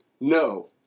no